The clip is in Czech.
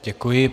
Děkuji.